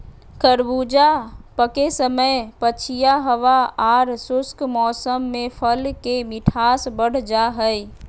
खरबूजा पके समय पछिया हवा आर शुष्क मौसम में फल के मिठास बढ़ जा हई